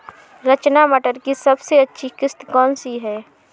रचना मटर की सबसे अच्छी किश्त कौन सी है?